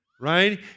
right